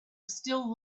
still